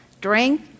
drink